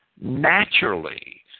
naturally